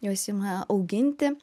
juos ima auginti